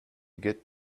get